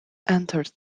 entered